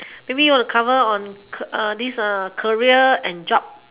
maybe want to cover on this career and job